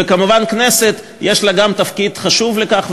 ומובן שלכנסת יש גם תפקיד חשוב בכך.